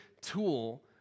tool